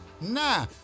nah